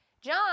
John